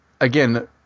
again –